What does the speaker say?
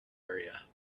area